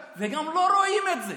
והם גם לא רואים את זה,